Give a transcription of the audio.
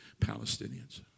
Palestinians